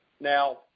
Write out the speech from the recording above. Now